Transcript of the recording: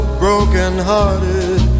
brokenhearted